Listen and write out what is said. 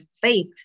faith